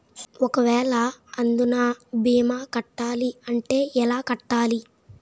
ఒక వేల అందునా భీమా కట్టాలి అంటే ఎలా కట్టాలి?